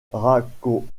ressemblent